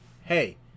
hey